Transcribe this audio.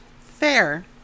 fair